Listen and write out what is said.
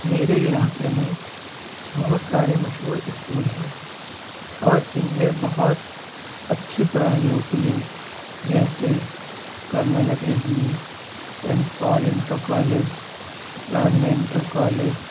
میرے علاقے میں بہت سارے مشہور اسکول ہیں اور ان میں بہت اچھی پڑھائی ہوتی ہے جیسے colonel academy saint Paul inter college Islamia inter college